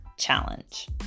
challenge